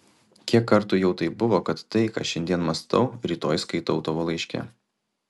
kiek kartų jau taip buvo kad tai ką šiandien mąstau rytoj skaitau tavo laiške